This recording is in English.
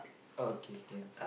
okay okay